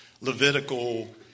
Levitical